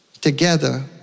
together